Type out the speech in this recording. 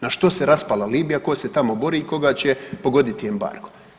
Na što se raspala Libija, tko se tamo bori, koga će pogoditi embargo.